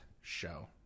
show